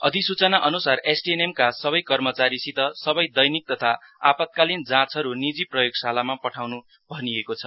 अधिसूचना अनुसार एसटीएनएम का सबै कर्मचारीसित सबै दैनिक तथा आपातकालीन जाँचहरू निजी प्रयोगशालामा पठाउन् भनिएको छ